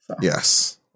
Yes